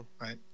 right